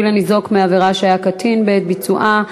לניזוק מעבירה שהיה קטין בעת ביצועה),